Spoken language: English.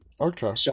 Okay